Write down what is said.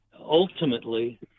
ultimately